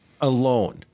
alone